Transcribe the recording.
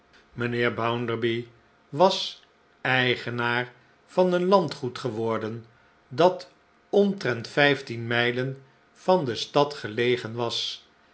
mijnheer bounderby was eigenaar van een landgoed geworden dat omtrent vijftien mijlen van de stad gelegen was